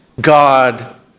god